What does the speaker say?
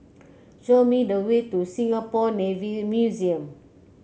show me the way to Singapore Navy Museum